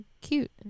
cute